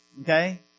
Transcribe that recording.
Okay